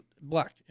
black